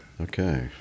okay